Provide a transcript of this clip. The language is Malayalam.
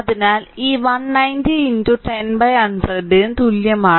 അതിനാൽ ഈ 190 10100 ന് തുല്യമാണ്